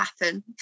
happen